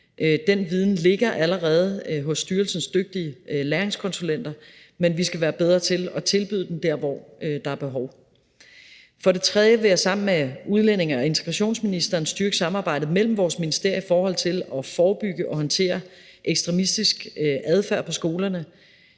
Den viden ligger allerede hos styrelsens dygtige læringskonsulenter, men vi skal være bedre til at tilbyde den der, hvor der er behov. Kl. 13:13 For det tredje vil jeg sammen med udlændinge- og integrationsministeren styrke samarbejdet mellem vores ministerier i forhold til at forebygge og håndtere ekstremistisk adfærd på skolerne.